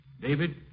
David